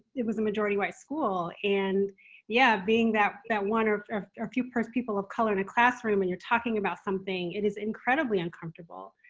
it was a majority white school. and yeah. being that that one or or few first people of color in a classroom and you're talking about something, it is incredibly uncomfortable.